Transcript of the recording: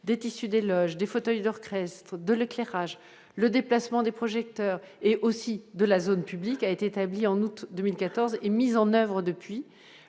de tissus délogent des fauteuils recréer de l'éclairage, le déplacement des projecteurs et aussi de la zone publique a été établi en août 2014 et mises en oeuvre depuis